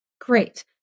Great